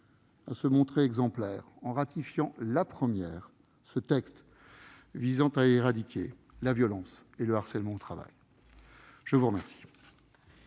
à se montrer exemplaire en ratifiant la première ce texte visant à éradiquer la violence et le harcèlement au travail. La parole